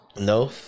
No